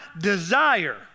desire